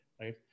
right